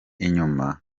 inyuma